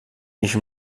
nicht